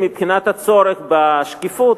מבחינת הצורך בשקיפות,